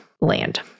land